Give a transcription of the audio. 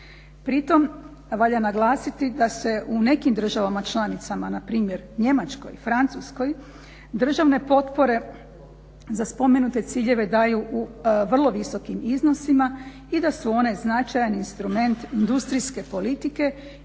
Pri tome valja naglasiti da se u nekim državama članicama npr. Njemačkoj, Francuskoj državne potpore za spomenute ciljeve daju u vrlo visokim iznosima i da su one značajan instrument industrijske politike